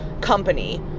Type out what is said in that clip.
company